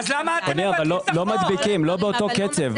אדוני, אבל לא מדביקים את הקצב.